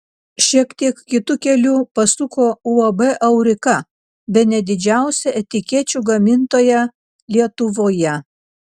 šiek tiek kitu keliu pasuko uab aurika bene didžiausia etikečių gamintoja lietuvoje